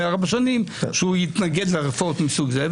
ארבע שנים שהוא התנגד לרפורמות מסוג זה,